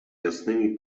jasnymi